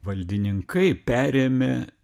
valdininkai perėmė